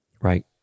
right